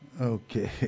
okay